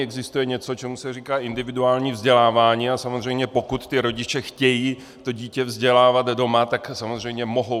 Existuje něco, čemu se říká individuální vzdělávání, a samozřejmě pokud ti rodiče chtějí to dítě vzdělávat doma, tak samozřejmě mohou.